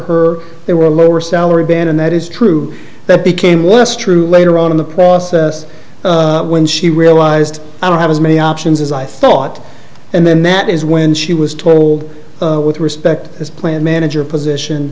her they were a lower salary band and that is true that became less true later on in the process when she realized i don't have as many options as i thought and then that is when she was told with respect as plant manager position